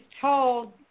told